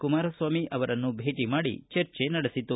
ಕುಮಾರಸ್ವಾಮಿ ಅವರನ್ನು ಭೇಟಿ ಮಾಡಿ ಚರ್ಚೆ ನಡೆಸಿತು